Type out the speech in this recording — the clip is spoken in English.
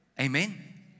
Amen